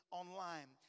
online